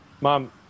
mom